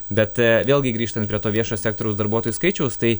bet vėlgi grįžtant prie to viešo sektoriaus darbuotojų skaičiaus tai